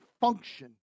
function